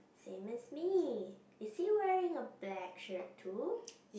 same as me is he wearing a black shirt too